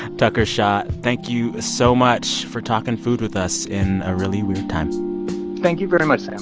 tucker shaw, thank you so much for talking food with us in a really weird time thank you very much, sam